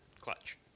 clutch